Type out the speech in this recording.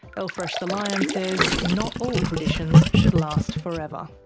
ah l-fresh the lion says not all traditions should last forever.